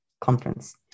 conference